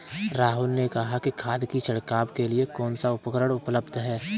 राहुल ने कहा कि खाद की छिड़काव के लिए कौन सा उपकरण उपलब्ध है?